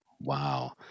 Wow